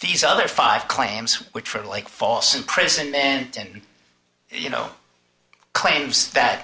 these other five claims which were like false in prison then you know claims that